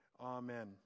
Amen